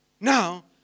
now